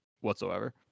whatsoever